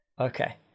Okay